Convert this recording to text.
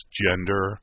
gender